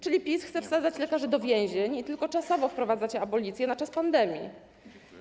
Czyli PiS chce wsadzać lekarzy do więzień i tylko czasowo wprowadzacie abolicję, na czas pandemii.